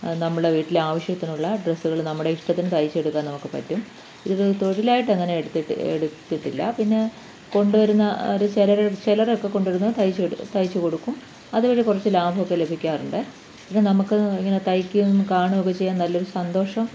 നമ്മുടെ വീട്ടിലെ ആവശ്യത്തിനുള്ള ഡ്രസ്സുകൾ നമ്മുടെ ഇഷ്ടത്തിന് തയ്ച്ചെടുക്കാൻ നമുക്ക് പറ്റും ഇത് തൊഴിലായിട്ട് അങ്ങനെ എടുത്തിട്ടില്ല പിന്നെ കൊണ്ട് വരുന്ന ചിലരൊക്കെ കൊണ്ട് വരുന്നത് തയ്ച്ച് തയ്ച്ച് കൊടുക്കും അത് കഴിഞ്ഞ് കുറച്ച് ലാഭം ഒക്കെ ലഭിക്കാറുണ്ട് പിന്നെ നമുക്ക് ഇങ്ങനെ തയ്ക്കുകയും കാണുകയും ഒക്കെ ചെയ്യാൻ നല്ലൊരു സന്തോഷം